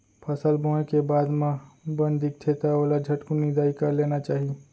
फसल बोए के बाद म बन दिखथे त ओला झटकुन निंदाई कर लेना चाही